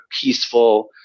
peaceful